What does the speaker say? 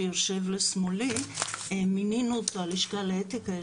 אני יושבת-ראש הלשכה לאתיקה,